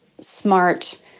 smart